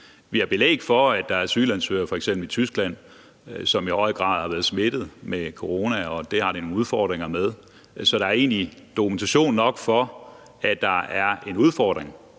Vi har belæg for, at der er asylansøgere, f.eks. i Tyskland, som i høj grad har været smittet med corona, og det har der været udfordringer med. Så der er egentlig dokumentation nok for, at der er en udfordring.